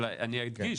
אני אדגיש,